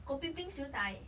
kopi 冰 siew dai